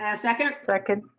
ah second. second.